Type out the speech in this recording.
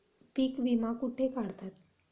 पीक विमा कुठे काढतात?